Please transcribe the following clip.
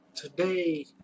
Today